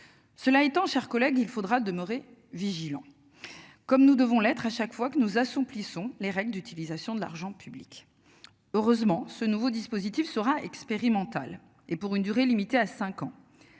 Cela étant, cher collègue. Il faudra demeurer vigilant. Comme nous devons l'être à chaque fois que nous assouplissant les règles d'utilisation de l'argent public. Heureusement, ce nouveau dispositif sera expérimental et pour une durée limitée à 5 ans.